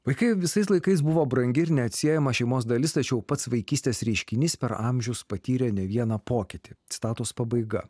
puikiai visais laikais buvo brangi ir neatsiejama šeimos dalis tačiau pats vaikystės reiškinys per amžius patyrė ne vieną pokytį citatos pabaiga